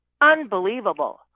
unbelievable